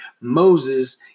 Moses